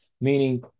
meaning